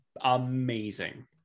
amazing